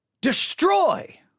Destroy